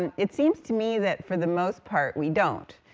and it seems to me that, for the most part, we don't.